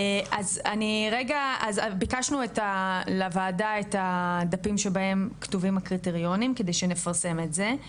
אז ביקשנו לוועדה את הדפים שבהם כתובים הקריטריונים כדי שנפרסם את זה.